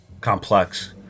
complex